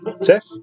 Tiff